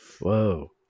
Whoa